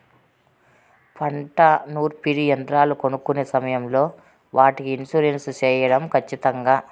పంట నూర్పిడి యంత్రాలు కొనుక్కొనే సమయం లో వాటికి ఇన్సూరెన్సు సేయడం ఖచ్చితంగా?